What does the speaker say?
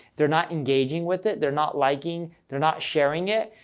they're not engaging with it, they're not liking, they're not sharing it,